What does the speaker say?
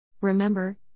Remember